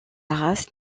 race